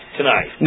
tonight